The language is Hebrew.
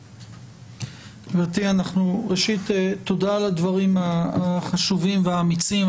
גבירתי, ראשית תודה על הדברים החשובים והאמיצים.